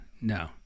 no